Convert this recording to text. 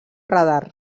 radar